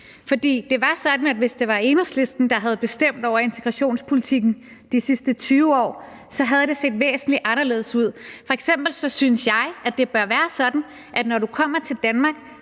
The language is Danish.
For det var sådan, at det, hvis det var Enhedslisten, der havde bestemt over integrationspolitikken de sidste 20 år, så havde set væsentlig anderledes ud. F.eks. synes jeg, at det bør være sådan, at du, når du kommer til Danmark,